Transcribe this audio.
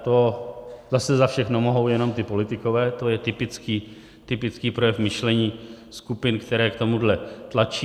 To zase za všechno mohou jenom ti politikové, to je typický projev myšlení skupin, které k tomuhle tlačí.